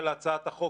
בסעיף 9(ג) להצעת החוק,